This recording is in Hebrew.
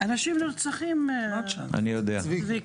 אנשים נרצחים צביקה.